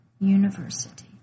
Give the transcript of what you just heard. University